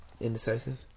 Indecisive